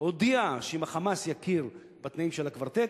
הודיעה שאם ה"חמאס" יכיר בתנאים של הקוורטט,